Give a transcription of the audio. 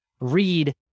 read